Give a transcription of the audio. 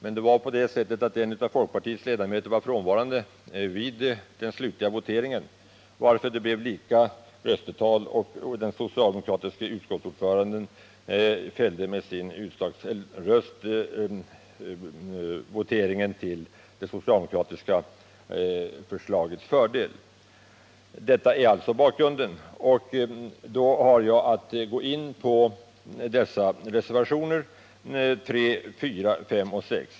En av folkpartiets ledamöter var frånvarande vid den slutliga voteringen, varför det blev lika röstetal. Därmed kunde den socialdemokratiske utskottsordföranden med sin utslagsröst avgöra voteringen till det socialdemokratiska förslagets favör. Detta är alltså bakgrunden. Jag skall därför ta upp reservationerna 3, 4, 5 och 6.